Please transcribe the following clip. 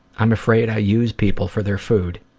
i'm afraid i use people for their food.